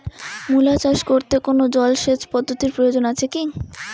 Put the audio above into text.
মূলা চাষ করতে কোনো জলসেচ পদ্ধতির প্রয়োজন আছে কী?